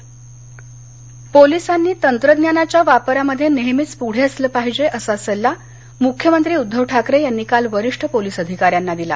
police परिषद पोलिसांनी तंत्रज्ञानाच्या वापरामध्ये नेहमीच पुढे असलं पाहिजे असा सल्ला मुख्यमंत्री उद्दव ठाकरे यांनी काल वरिष्ठ पोलीस अधिकाऱ्यांना दिला